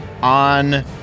on